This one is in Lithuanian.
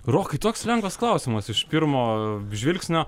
rokai toks lengvas klausimas iš pirmo žvilgsnio